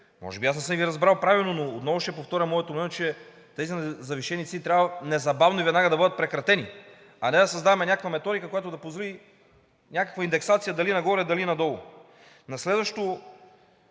Може би аз не съм Ви разбрал правилно, но отново ще повторя моето мнение, че тези на завишени цени трябва незабавно и веднага да бъдат прекратени, а не да създаваме някаква методика, която да позволи някаква индексация, дали нагоре, дали надолу. На следващо